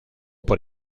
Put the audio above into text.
por